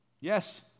yes